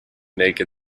naked